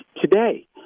today